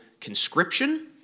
conscription